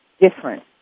different